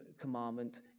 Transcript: commandment